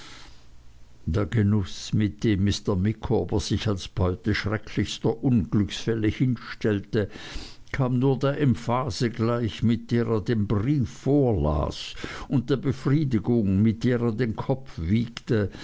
der genuß mit dem mr micawber sich als beute schrecklichster unglücksfälle hinstellte kam nur der emphase gleich mit der er den brief vorlas und der befriedigung mit der er den kopf wiegte